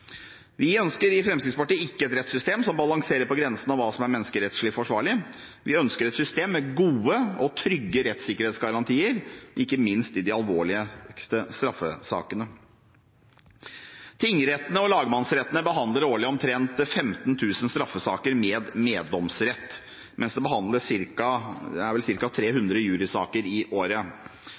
Vi i Fremskrittspartiet ønsker ikke et rettssystem som balanserer på grensen av hva som er menneskerettslig forsvarlig. Vi ønsker et system med gode og trygge rettssikkerhetsgarantier, ikke minst i de alvorligste straffesakene. Tingrettene og lagmannsrettene behandler årlig omtrent 15 000 straffesaker med meddomsrett, mens det behandles ca. 300 jurysaker i året. Det er